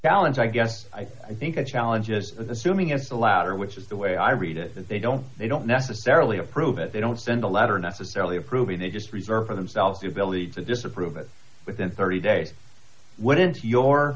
balance i guess i think a challenge is assuming it's the latter which is the way i read it and they don't they don't necessarily approve it they don't send a letter necessarily approving they just reserve for themselves the ability to disapprove it within thirty days what is your